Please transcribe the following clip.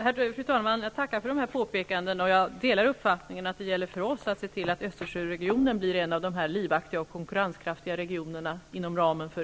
Fru talman! Jag tackar för dessa påpekanden. Jag delar uppfattningen att det gäller för oss att se till att Östersjöregionen blir en av de livaktiga och konkurrenskraftiga regionerna inom ramen för